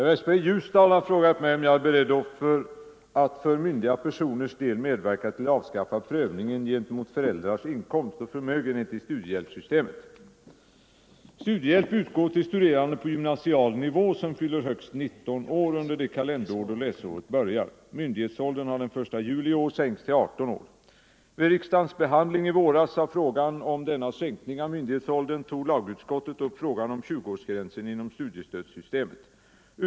Herr talman! Herr Westberg i Ljusdal har frågat mig om jag är beredd att för myndiga personers del medverka till att avskaffa prövningen gentemot föräldrars inkomst och förmögenhet i studiehjälpssystemet. Studiehjälp utgår till studerande på gymnasial nivå som fyller högst 19 år under det kalenderår då läsåret börjar. Myndighetsåldern har den 1 juli i år sänkts till 18 år. Vid riksdagens behandling i våras av frågan om denna sänkning av myndighetsåldern tog lagutskottet upp frågan om 20-årsgränsen inom studiestödssystemet .